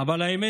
אבל האמת,